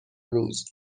روز